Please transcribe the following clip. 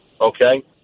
Okay